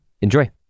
Enjoy